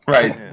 Right